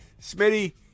Smitty